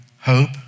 hope